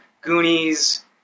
Goonies